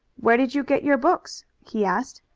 where did you get your books? he asked.